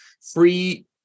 free